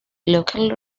local